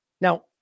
Now